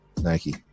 Nike